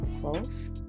False